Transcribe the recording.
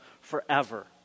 forever